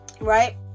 right